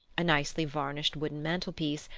a nicely varnished wooden mantelpiece,